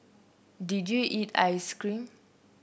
did you eat ice cream